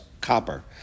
copper